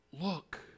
look